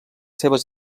seves